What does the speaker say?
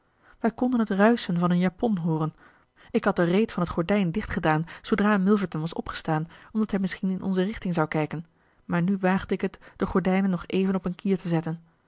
wij konden het ruischen van een japon hooren ik had de reet van het gordijn dichtgedaan zoodra milverton was opgestaan omdat hij misschien in onze richting zou kijken maar nu waagde ik het de gordijnen nog even op een kier te zetten